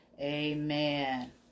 Amen